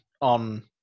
on